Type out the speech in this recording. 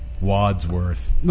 Wadsworth